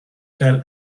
tell